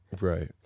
Right